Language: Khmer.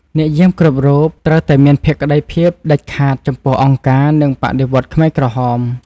អ្នកយាមគ្រប់រូបត្រូវតែមានភក្តីភាពដាច់ខាតចំពោះអង្គការ និងបដិវត្តន៍ខ្មែរក្រហម។